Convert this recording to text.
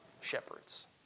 shepherds